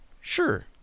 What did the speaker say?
sure